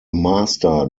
master